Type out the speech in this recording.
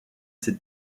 ses